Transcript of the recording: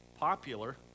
popular